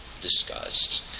discussed